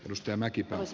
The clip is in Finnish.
rustemäki pasi